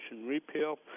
repeal